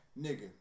Nigga